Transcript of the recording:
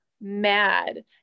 mad